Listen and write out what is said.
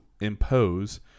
impose